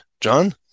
John